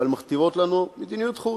אבל מכתיבות לנו מדיניות חוץ,